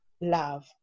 love